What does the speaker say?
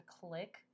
click